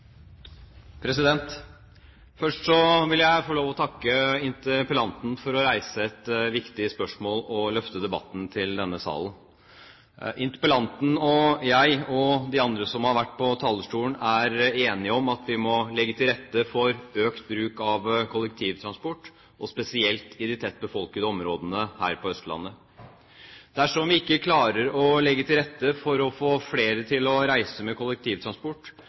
Først vil jeg få lov til å takke interpellanten for å reise et viktig spørsmål og løfte debatten i denne salen. Interpellanten, jeg og de andre som har vært på talerstolen, er enige om at vi må legge til rette for økt bruk av kollektivtransport, spesielt i de tett befolkede områdene her på Østlandet. Dersom vi ikke klarer å legge til rette for å få flere til å reise